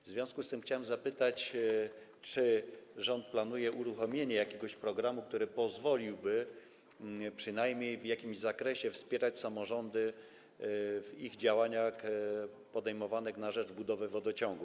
W związku z tym chciałem zapytać, czy rząd planuje uruchomienie jakiegoś programu, który pozwoliłby przynajmniej w jakimś zakresie wspierać samorządy w ich działaniach podejmowanych na rzecz budowy wodociągów.